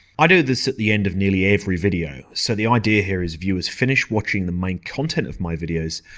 i do this at the end of nearly every video, so the idea here is viewers finish watching the main content of my videos,